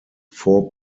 four